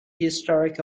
historic